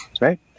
right